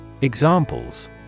Examples